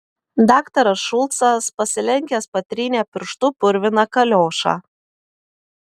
daktaras šulcas pasilenkęs patrynė pirštu purviną kaliošą